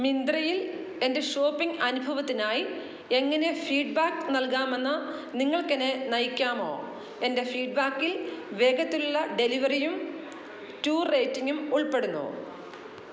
മിന്ത്രയിൽ എൻ്റെ ഷോപ്പിംഗ് അനുഭവത്തിനായി എങ്ങനെ ഫീഡ്ബാക്ക് നൽകാമെന്ന് നിങ്ങൾക്ക് എന്നെ നയിക്കാമോ എൻ്റെ ഫീഡ്ബാക്കിൽ വേഗത്തിലുള്ള ഡെലിവറിയും റ്റൂ റേറ്റിംഗും ഉൾപ്പെടുന്നു